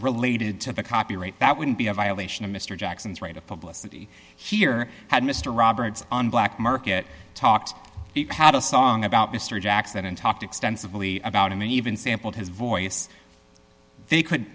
related to the copyright that wouldn't be a violation of mr jackson's right of publicity here had mr roberts on black market talked had a song about mr jackson and talked extensively about him and even sampled his voice they could